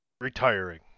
retiring